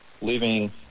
leaving